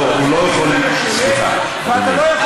לא מתאים לך להתנהג ככה.